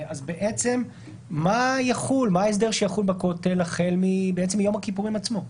מה ההסדר שיחול בכותל החל מיום הכיפורים עצמו?